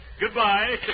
Goodbye